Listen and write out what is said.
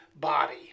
body